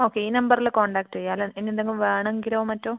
okay ഈ നമ്പറിൽ contact ചെയ്യാം അല്ലേ ഇനി എന്തെങ്കിലും വേണമെങ്കിലോ മറ്റോ